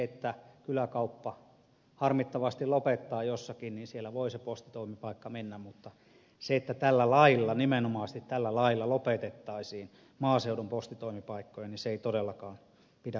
jos kyläkauppa harmittavasti lopettaa jossakin niin siellä voi se postitoimipaikka mennä mutta se että tällä lailla nimenomaisesti tällä lailla lopetettaisiin maaseudun postitoimipaikkoja ei todellakaan pidä paikkaansa